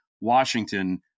Washington